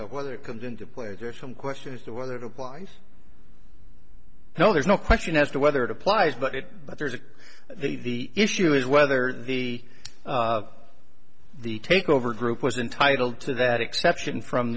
but whether it comes into play there is some question as to whether it applies you know there's no question as to whether it applies but it but there is the issue is whether the the take over group was entitled to that exception from